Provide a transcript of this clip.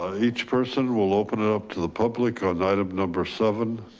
ah each person will open it up to the public on item number seven.